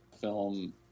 film